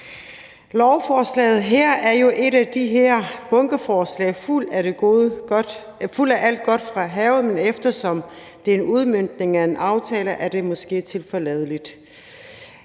Lovforslaget her er jo et af de her bunkeforslag, der er fulde af alt godt fra havet, men eftersom det er en udmøntning af en aftale, er det måske tilforladeligt.